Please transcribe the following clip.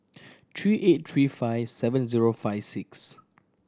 three eight three five seven zero five six